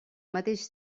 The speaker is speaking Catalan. mateix